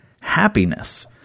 happiness